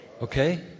Okay